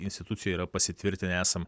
institucija yra pasitvirtinę esam